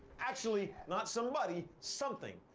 actually, not somebody, something.